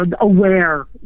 aware